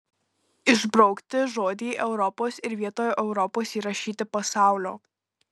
išbraukti žodį europos ir vietoj europos įrašyti pasaulio